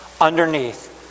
underneath